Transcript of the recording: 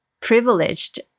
privileged